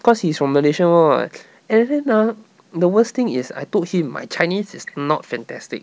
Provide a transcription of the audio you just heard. cause he's from malaysia [one] [what] and then ah the worst thing is I told him my chinese is not fantastic